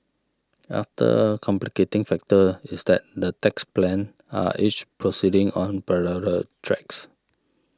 after complicating factor is that the tax plans are each proceeding on parallel tracks